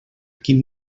quin